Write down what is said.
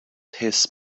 his